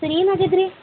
sir ಏನಾಗೆದರೀ